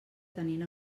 tenint